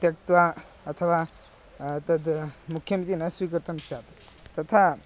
त्यक्त्वा अथवा तद् मुख्यमिति न स्वीकर्तुं स्यात् तथा